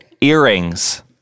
earrings